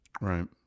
Right